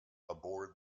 aboard